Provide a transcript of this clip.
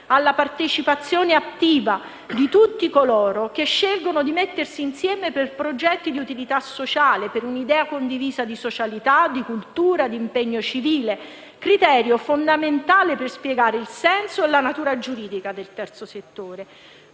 alla partecipazione attiva di tutti coloro che scelgono di mettersi insieme per progetti di utilità sociale, per un'idea di condivisa socialità, cultura, impegno civile: criterio fondamentale per spiegare il senso e la natura giuridica del terzo settore.